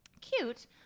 Cute